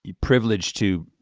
privileged to,